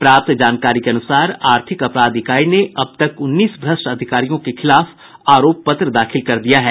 प्राप्त जानकारी के अनुसार आर्थिक अपराध इकाई ने अब तक उन्नीस भ्रष्ट अधिकारियों के खिलाफ आरोप पत्र दाखिल कर दिया है